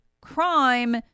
crime